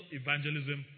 evangelism